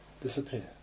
disappear